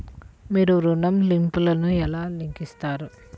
మీరు ఋణ ల్లింపులను ఎలా లెక్కిస్తారు?